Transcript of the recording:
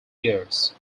years